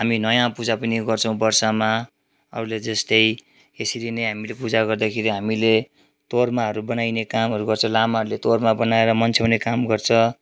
हामी नयाँ पूजा पुनि गर्छौँ वर्षमा अरूले जस्तै यसरी नै हामीले पूजा गर्दाखेरि हामीले तोर्माहरू बनाइने कामहरू गर्छ लामाहरूले तोर्मा बनाएर मन्साउने काम गर्छ